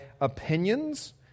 opinions